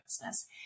business